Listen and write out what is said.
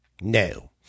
No